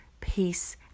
peace